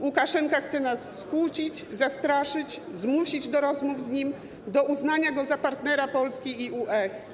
Łukaszenka chce nas skłócić, zastraszyć, zmusić do rozmów z nim, do uznania go za partnera Polski i UE.